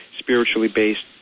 spiritually-based